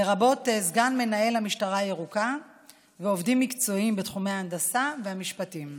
לרבות סגן מנהל המשטרה הירוקה ועובדים מקצועיים בתחומי ההנדסה והמשפטים.